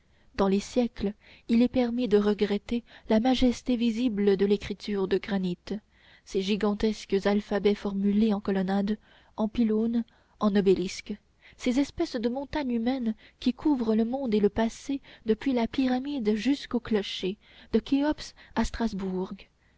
dans les siècles il est permis de regretter la majesté visible de l'écriture de granit ces gigantesques alphabets formulés en colonnades en pylônes en obélisques ces espèces de montagnes humaines qui couvrent le monde et le passé depuis la pyramide jusqu'au clocher de chéops à strasbourg